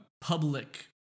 public